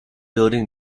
building